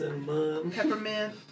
peppermint